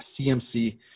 CMC